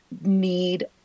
need